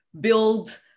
build